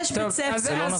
זה לא נכון.